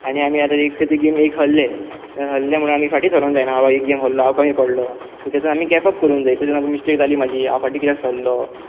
आनी आमी आतां खंय गेम एक हरल्ले हल्ले म्हणून आमी फटी सरोक जायना की बाबा एक गेम हरलो म्हण कमी पडलो तेतून आमी गॅप अप करूंक जायंयून आमी मिस्टेक जाली म्हाजी हांव फाटी कित्याक सरलो